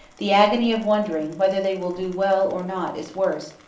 the agony of wondering whether they will do well or not is worse,